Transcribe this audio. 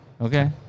Okay